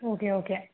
okay okay